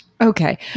Okay